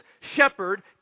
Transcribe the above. shepherd